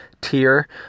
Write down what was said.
tier